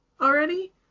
already